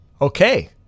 Okay